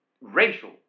racial